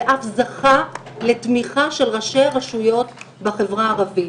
ואף זכה לתמיכה של ראשי רשויות בחברה הערבית.